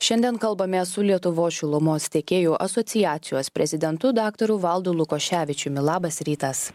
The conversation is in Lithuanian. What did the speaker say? šiandien kalbamės su lietuvos šilumos tiekėjų asociacijos prezidentu daktaru valdu lukoševičiumi labas rytas